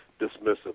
dismissive